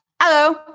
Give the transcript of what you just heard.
Hello